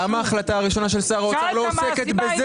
למה ההחלטה הראשונה של שר האוצר לא עוסקת בזה,